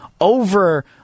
over